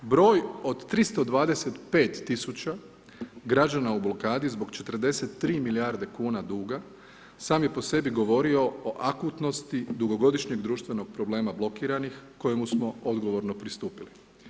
Broj od 325 000 građana u blokadi zbog 43 milijarde kuna duga sami po sebi govorio o akutnosti dugogodišnjeg društvenog problema blokiranih kojemu smo odgovorno pristupili.